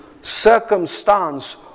circumstance